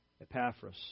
Epaphras